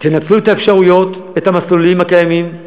תנצלו את האפשרויות, את המסלולים הקיימים.